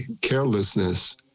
carelessness